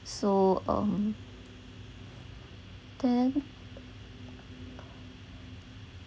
so um then